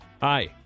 Hi